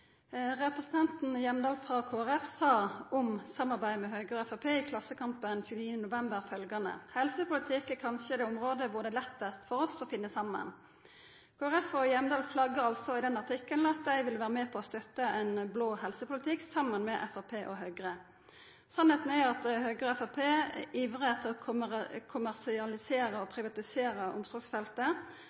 Representanten Hjemdal frå Kristeleg Folkeparti sa om samarbeidet med Høgre og Framstegspartiet følgjande i Klassekampen 29. november: «Men i helsepolitikk er kanskje dét området hvor det er lettest for oss å finne sammen.» Kristeleg Folkeparti og Hjemdal flaggar altså i denne artikkelen at dei vil vera med på å støtta ein blå helsepolitikk – saman med Framstegspartiet og Høgre. Sanninga er at Høgre og Framstegspartiet ivrar etter å kommersialisera og privatisera omsorgsfeltet.